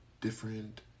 different